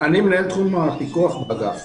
מנהל תחום הפיקוח באגף.